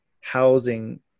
housing